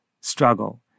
struggle